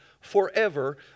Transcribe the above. forever